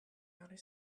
outer